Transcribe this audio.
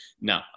no